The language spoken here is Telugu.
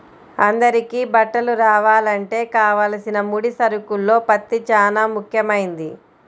అందరికీ బట్టలు రావాలంటే కావలసిన ముడి సరుకుల్లో పత్తి చానా ముఖ్యమైంది